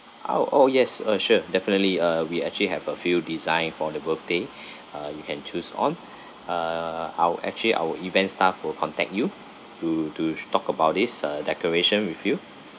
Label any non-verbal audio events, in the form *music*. ah oh yes uh sure definitely uh we actually have a few designed for the birthday *breath* uh you can choose on uh our actually our event staff will contact you to to sh~ talk about this uh decoration with you